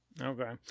Okay